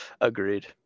Agreed